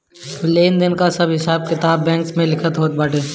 लेन देन कअ सब हिसाब किताब बैंक में लिखल होत बाटे